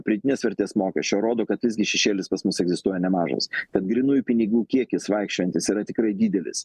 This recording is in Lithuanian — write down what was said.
pridėtinės vertės mokesčio rodo kad visgi šešėlis pas mus egzistuoja nemažas tad grynųjų pinigų kiekis vaikščiojantis yra tikrai didelis